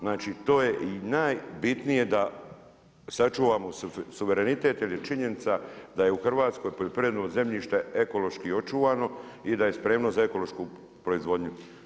Znači to je i najbitnije da sačuvamo suverenitet jer je činjenica da je u Hrvatskoj poljoprivredno zemljište ekološki očuvano i da je spremno za ekološku proizvodnju.